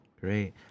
Great